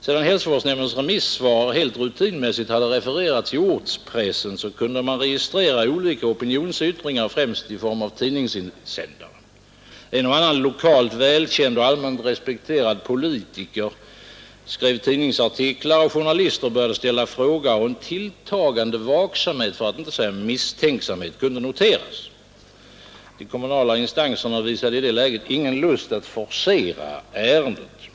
Sedan hälsovårdsnämndens remissvar helt rutinmässigt hade refererats i ortspressen, kunde man registrera olika opinionsyttringar, främst i form av tidningsinsändare. En och annan lokalt välkänd och allmänt respekterad politiker skrev tidningsartiklar. Journalister började ställa frågor, och en tilltagande vaksamhet, för att inte säga misstänksamhet, kunde noteras. De kommunala instanserna visade i det läget ingen lust att forcera ärendet.